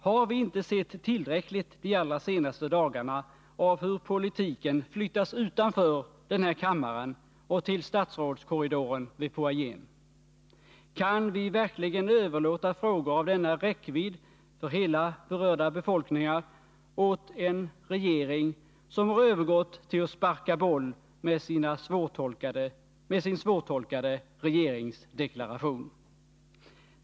Har vi inte sett tillräckligt de allra senaste dagarna av hur politiken flyttas utanför den här kammaren och till statsrådskorridoren vid foajén? Kan vi verkligen överlåta frågor av denna räckvidd för hela den berörda befolkningen åt en regering som har övergått till att sparka boll med sin svårtolkade regeringsdeklaration?